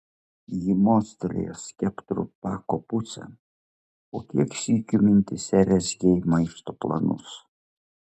ji mostelėjo skeptru pako pusėn o kiek sykių mintyse rezgei maišto planus